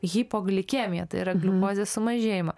hipoglikemija tai yra gliukozės sumažėjimą